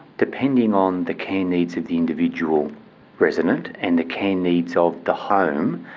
depending on the care needs of the individual resident and the care needs of the home,